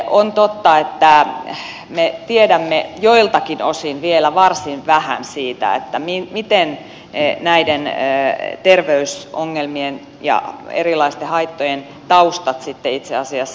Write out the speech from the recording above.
on totta että me tiedämme joiltakin osin vielä varsin vähän siitä miten näiden terveysongelmien ja erilaisten haittojen taustat itse asiassa syntyvät